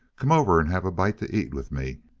come over and have a bite to eat with me.